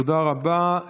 תודה רבה.